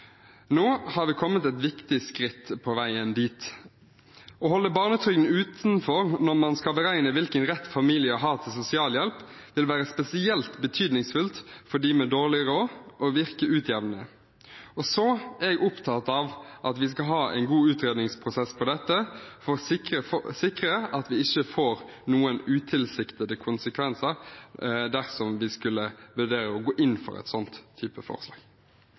Nå har vi kommet et viktig skritt på veien dit. Å holde barnetrygden utenfor når man skal beregne hvilken rett familier har til sosialhjelp, vil være spesielt betydningsfullt for dem med dårlig råd og virke utjevnende. Jeg er opptatt av at vi skal ha en god utredningsprosess for dette, for å sikre at vi ikke får noen utilsiktede konsekvenser dersom vi skulle vurdere å gå inn for et slikt forslag.